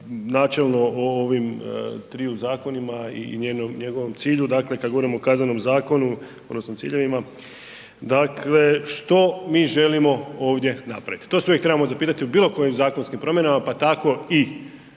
načelno o ovim triju zakonima i njegovom cilju. Dakle, kad govorimo o Kaznenom zakonu odnosno ciljevima, dakle što mi želimo ovdje napraviti, to se uvijek trebamo zapitati u bilo kojim zakonskim promjenama pa tako i